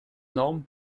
normes